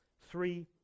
three